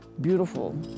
beautiful